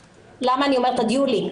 ולמה את אומרת עד יולי?